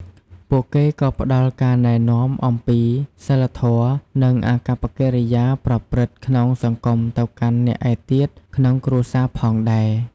ពួកគាត់ក៏ផ្តល់ការណែនាំអំពីសីលធម៌ និងអាកប្បកិរិយាប្រព្រឹត្តក្នុងសង្គមទៅកាន់អ្នកឯទៀតក្នុងគ្រួសារផងដែរ។